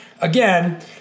again